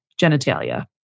genitalia